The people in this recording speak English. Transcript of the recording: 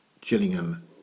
Gillingham